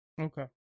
Okay